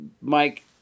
Mike